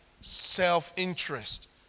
self-interest